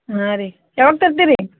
ಹಾಂ ರೀ ಯಾವಾಗ ತರ್ತೀರಿ